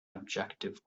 objective